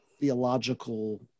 theological